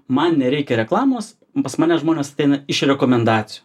man nereikia reklamos pas mane žmonės ateina iš rekomendacijų